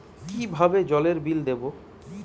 কিভাবে জলের বিল দেবো?